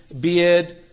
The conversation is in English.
beard